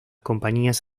compañías